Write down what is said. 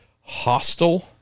hostile